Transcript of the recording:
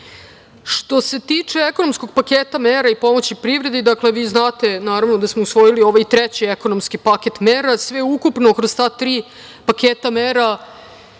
se tiče ekonomskog paketa mera i pomoći privredi, dakle, vi znate da smo usvojili ovaj treći ekonomski paket mera. Sveukupno kroz ta tri paketa mera,